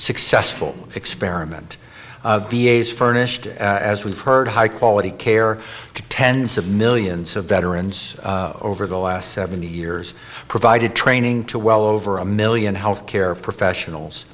successful experiment furnished as we've heard high quality care to tens of millions of veterans over the last seventy years provided training to well over a million health care professionals